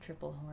Triplehorn